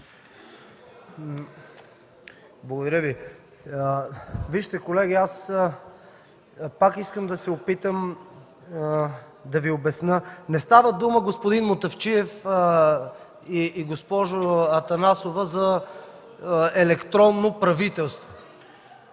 Благодаря Ви. Колеги, пак искам да се опитам да Ви обясня. Не става дума, господин Мутафчиев и госпожо Атанасова, за електронно правителство.